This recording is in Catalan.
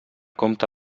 compte